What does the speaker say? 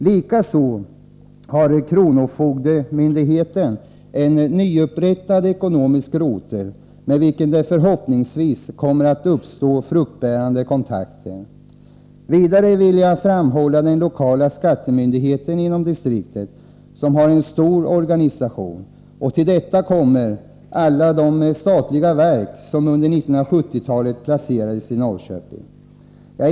Likaså har kronofogdemyndigheten en nyupprättad ekonomisk rotel. Förhoppningsvis blir också den kontakten fruktbärande. Vidare vill jag framhålla den lokala skattemyndigheten inom distriktet, vilken har en stor organisation. Till detta kommer alla de statliga verk som under 1970-talet placerades i Norrköping.